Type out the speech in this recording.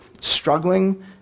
struggling